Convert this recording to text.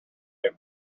him